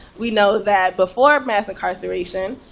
we know that before mass incarceration,